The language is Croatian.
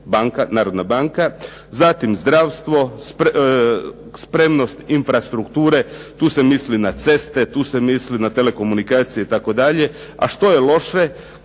banka, Narodna banka, zatim zdravstvo, spremnost infrastrukture. Tu se misli na ceste, tu se misli na telekomunikacije itd. A što je loše?